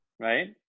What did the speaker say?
Right